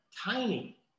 tiny